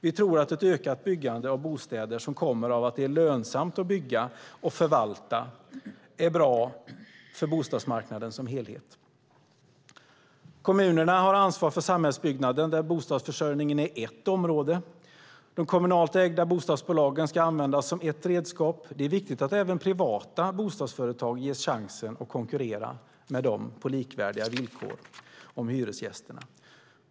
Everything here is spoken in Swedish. Vi tror att ett ökat byggande av bostäder som kommer av att det är lönsamt att bygga och förvalta är bra för bostadsmarknaden som helhet. Kommunerna har ansvaret för samhällsbyggnaden, där bostadsförsörjning är ett område. De kommunalt ägda bostadsbolagen ska användas som ett redskap. Det är viktigt att även privata bostadsföretag ges chansen att konkurrera med dem om hyresgästerna, på likvärdiga villkor.